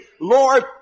Lord